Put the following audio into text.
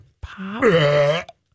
pop